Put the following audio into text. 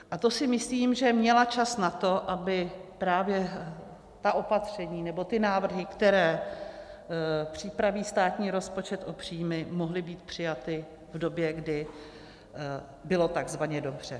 A to si myslím, že měla čas na to, aby právě ta opatření nebo ty návrhy, které připraví státní rozpočet o příjmy, mohly být přijaty v době, kdy bylo takzvaně dobře.